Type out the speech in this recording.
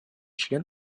член